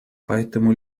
поэтому